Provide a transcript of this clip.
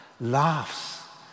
laughs